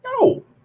No